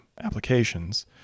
applications